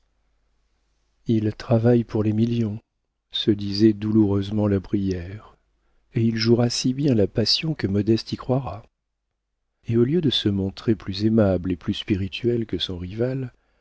il travaille pour les millions se disait douloureusement la brière et il jouera si bien la passion que modeste y croira et au lieu de se montrer plus aimable et plus spirituel que son rival